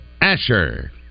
Asher